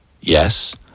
Yes